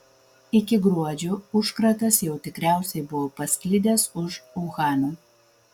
iki gruodžio užkratas jau tikriausiai buvo pasklidęs už uhano